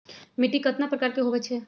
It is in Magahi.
मिट्टी कतना प्रकार के होवैछे?